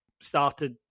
started